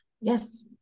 Yes